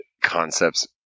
concepts